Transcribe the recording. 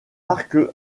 arc